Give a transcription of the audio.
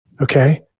Okay